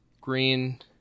green